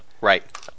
Right